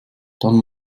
dann